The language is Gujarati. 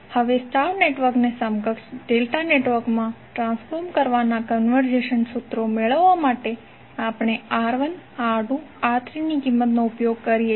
હવે સ્ટાર નેટવર્કને સમકક્ષ ડેલ્ટા નેટવર્કમાં ટ્રાન્સફોર્મ કરવાનાં કન્વર્ઝન સૂત્રો મેળવવા માટે આપણે R1 R2 R3 ની કિંમતનો ઉપયોગ કરીએ છીએ